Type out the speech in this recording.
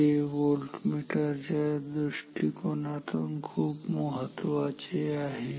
हे व्होल्टमीटर च्या दृष्टिकोनातून खूप महत्त्वाचे आहे